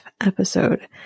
episode